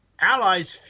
allies